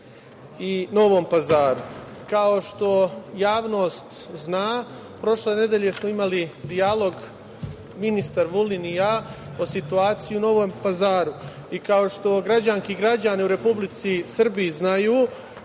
i Novom Pazaru? Kao što javnost zna, prošle nedelje smo imali dijalog ministar Vulin i ja o situaciji u Novom Pazaru. Kao što građanke i građani u Republici Srbiji znaju,